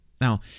Now